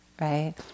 Right